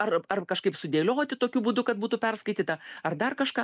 ar ar kažkaip sudėlioti tokiu būdu kad būtų perskaityta ar dar kažką